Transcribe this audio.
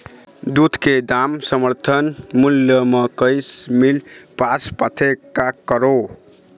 दूध के दाम समर्थन मूल्य म नई मील पास पाथे, का करों?